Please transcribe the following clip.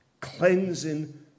cleansing